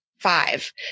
Five